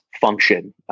function